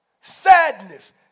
sadness